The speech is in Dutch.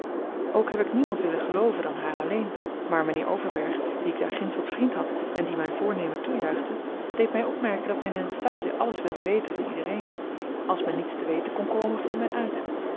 ook heb ik niemand willen gelooven dan haar alleen maar mijnheer overberg dien ik daar ginds tot vriend had en die mijn voornemen toejuichte deed mij opmerken dat men in het stadje alles wilde weten van iedereen als men niets te weten kon komen vond men uit